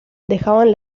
dejaban